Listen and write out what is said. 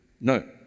No